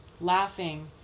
laughing